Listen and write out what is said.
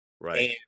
Right